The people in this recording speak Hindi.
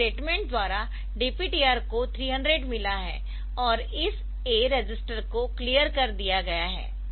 इस स्टेटमेंट द्वारा DPTR को 300 मिला है और इस A रजिस्टर को क्लियर कर दिया गया है